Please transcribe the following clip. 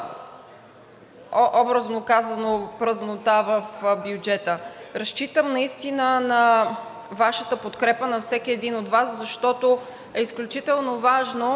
образно казано, празнота в бюджета. Разчитам наистина на Вашата подкрепа и на всеки един от Вас, защото е изключително важно